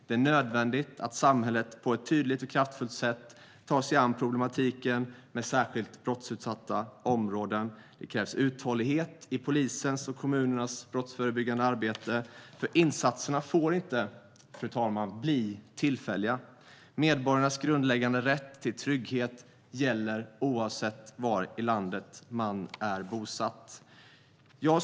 Det är nödvändigt att samhället på ett tydligt och kraftfullt sätt tar sig an problematiken med särskilt brottsutsatta områden. Det krävs uthållighet i polisens och kommunernas brottsförebyggande arbete. Insatserna får inte, fru talman, bli tillfälliga. Medborgarnas grundläggande rätt till trygghet gäller oavsett var i landet man är bosatt.